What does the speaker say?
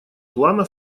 плана